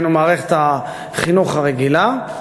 דהיינו מערכת החינוך הרגילה,